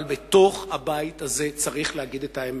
אבל בתוך הבית הזה צריך להגיד את האמת: